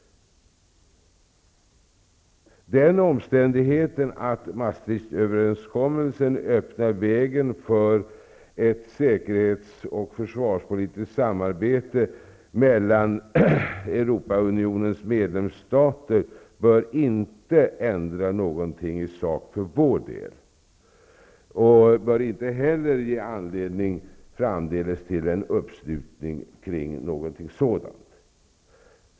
Den omständigheten att Maastrichtöverenskommelsen öppnar vägen för ett säkerhets och försvarspolitiskt samarbete mellan Europaunionens medlemsstater bör inte ändra någonting i sak för vår del. Den bör inte heller framdeles ge anledning för en uppslutning kring något sådant.